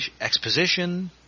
exposition